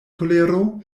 kolero